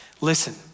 Listen